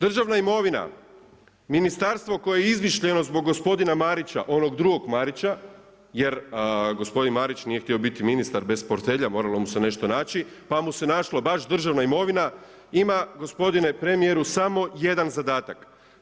Državna imovina, ministarstvo koje je izmišljeno zbog gospodina Marića, onog drugog Marića jer gospodin Marić nije htio biti ministar bez portfelja, moralo mu se nešto naći, pa mu se našla baš državna imovina, ima gospodine premijeru, samo jedan zadatak.